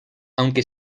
aunque